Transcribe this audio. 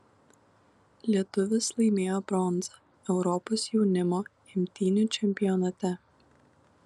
lietuvis laimėjo bronzą europos jaunimo imtynių čempionate